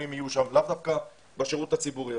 יהיו שם ולאו דווקא בשירות הציבורי.